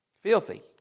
Filthy